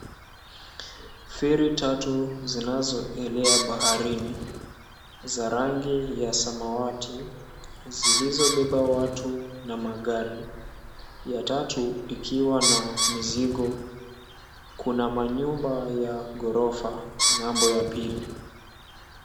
Feri tatu zinazoelea baharini, za rangi ya samawati, zilizobeba watu na magari. Ya tatu ikiwa na mizigo. Kuna manyumba ya ghorofa ng'ambo ya pili.